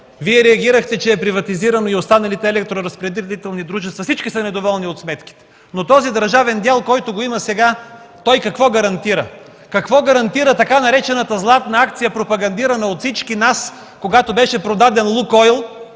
Вие реагирахте, че е приватизирано и останалите електроразпределителни дружества... (Реплики от КБ.) Всички са недоволни от сметките. Но този държавен дял, който го има сега, той какво гарантира?! Какво гарантира така наречената „златна акция” на държавата, пропагандирана от всички нас, когато беше продаден „Лукойл”,